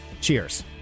Cheers